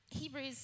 Hebrews